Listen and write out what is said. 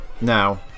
now